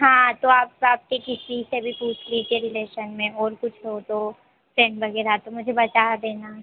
हाँ तो आप प्राप्टी किसी से भी पूछ लीजिए रिलेशन में और कुछ हो तो सेन वग़ैरह तो मुझे बता देना